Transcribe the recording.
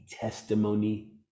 testimony